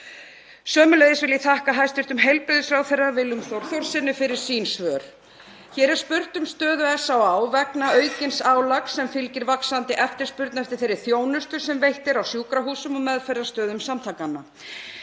Sömuleiðis vil ég þakka hæstv. heilbrigðisráðherra Willum Þór Þórssyni fyrir sín svör. Hér er spurt um stöðu SÁÁ vegna aukins álags sem fylgir vaxandi eftirspurn eftir þeirri þjónustu sem veitt er á sjúkrahúsum og meðferðarstöðum samtakanna.